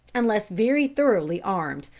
unless very thoroughly armed,